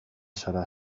zara